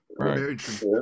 right